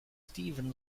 stephen